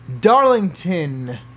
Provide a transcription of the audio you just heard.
Darlington